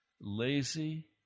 lazy